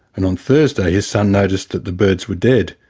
and on thursday, his son noticed that the birds were dead.